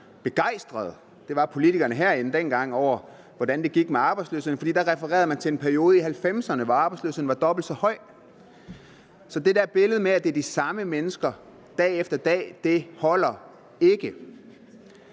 det var politikerne herinde dengang – over, hvordan det gik med arbejdsløsheden, for da refererede man til en periode i 1990'erne, hvor arbejdsløsheden var dobbelt så høj. Så det der billede med, at det er de samme mennesker dag efter dag, holder ikke.